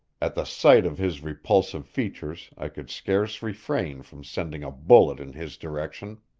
at the sight of his repulsive features i could scarce refrain from sending a bullet in his direction.